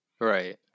Right